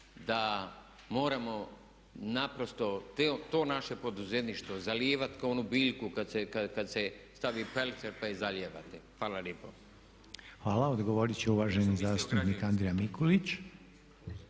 da moramo naprosto to naše poduzetništvo zalivat ko onu biljku kad se stavi pelcer pa je zalijevate. Hvala lijepo. **Reiner, Željko (HDZ)** Hvala. Odgovorit će uvaženi zastupnik Andrija Mikulić.